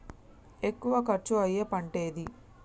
ఎక్కువ ఖర్చు అయ్యే పంటేది?